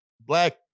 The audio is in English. black